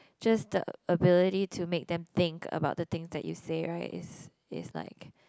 just the ability to make them think about the thing that you say right is is like